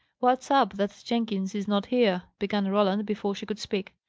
what's up, that jenkins is not here? began roland, before she could speak.